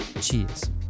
cheers